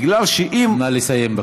נא לסיים בבקשה.